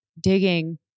digging